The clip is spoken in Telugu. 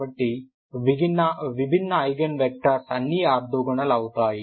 కాబట్టి విభిన్న ఐగెన్ వెక్టర్స్ అన్నీ ఆర్తోగోనల్ అవుతాయి